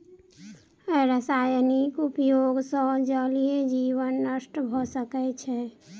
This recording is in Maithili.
रासायनिक उपयोग सॅ जलीय जीवन नष्ट भ सकै छै